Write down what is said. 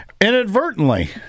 inadvertently